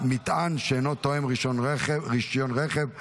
מטען שאינו תואם את תנאי רישיון הרכב),